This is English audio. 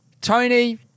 Tony